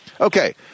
Okay